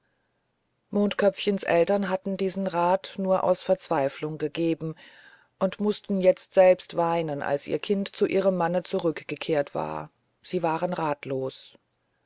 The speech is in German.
mondköpfchens eltern hatten diesen rat nur aus verzweiflung gegeben und mußten jetzt selbst weinen als ihr kind zu seinem mann zurückgekehrt war sie waren ratlos